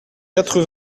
quatre